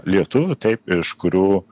lietuvių taip iš kurių